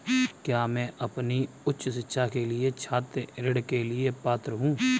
क्या मैं अपनी उच्च शिक्षा के लिए छात्र ऋण के लिए पात्र हूँ?